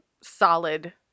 solid